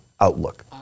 outlook